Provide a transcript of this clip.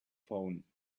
phone